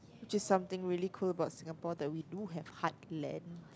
just something really cool about Singapore that we do have heartland